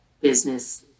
business